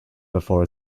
before